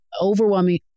overwhelming